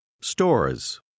Stores